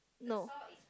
no